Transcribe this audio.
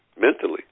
mentally